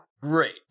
Great